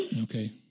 Okay